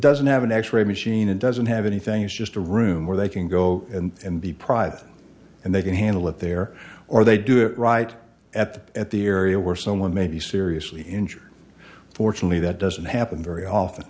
doesn't have an x ray machine it doesn't have anything it's just a room where they can go and be private and they can handle it there or they do it right at the at the area where someone may be seriously injured fortunately that doesn't happen very often